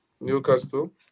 Newcastle